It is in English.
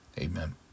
Amen